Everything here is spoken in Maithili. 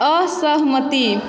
असहमति